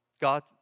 God